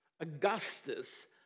Augustus